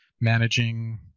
managing